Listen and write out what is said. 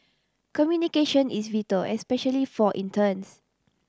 communication is vital especially for interns